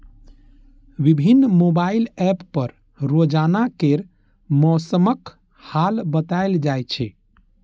विभिन्न mobile app पर रोजाना केर मौसमक हाल बताएल जाए छै